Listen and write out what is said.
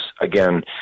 Again